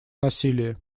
насилии